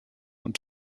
und